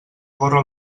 gorra